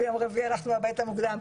ביום רביעי הלכנו הביתה מוקדם.